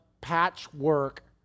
patchwork